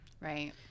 Right